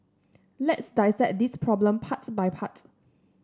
let's dissect this problem part by part